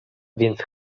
więc